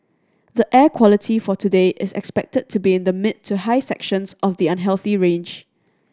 the air quality for today is expected to be in the mid to high sections of the unhealthy range